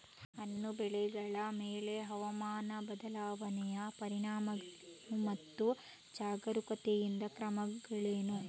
ಹಣ್ಣು ಬೆಳೆಗಳ ಮೇಲೆ ಹವಾಮಾನ ಬದಲಾವಣೆಯ ಪರಿಣಾಮಗಳೇನು ಮತ್ತು ಜಾಗರೂಕತೆಯಿಂದ ಕ್ರಮಗಳೇನು?